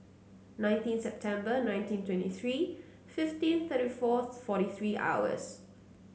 nineteen September nineteen twenty three fifteen thirty four forty three hours